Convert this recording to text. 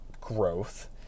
growth